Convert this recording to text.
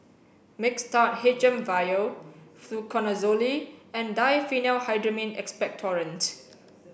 Mixtard H M vial Fluconazole and Diphenhydramine Expectorant